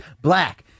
Black